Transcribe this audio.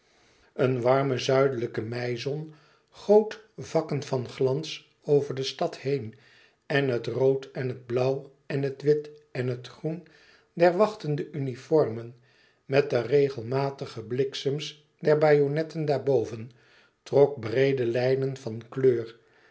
eene warme zuidelijke meizon goot vakken van glans over de stad heen en het rood en het blauw en het wit en het groen der wachtende uniformen met de regelmatige bliksems der bajonetten daarboven trok breede lijnen van kleur